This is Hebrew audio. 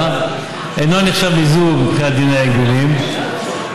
אינו נחשב מיזוג מבחינת דיני ההגבלים העסקיים.